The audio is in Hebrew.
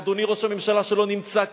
ואדוני ראש הממשלה, שלא נמצא כאן,